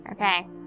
Okay